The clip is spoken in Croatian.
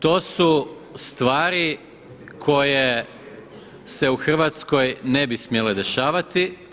To su stvari koje se u Hrvatskoj ne bi smjele dešavati.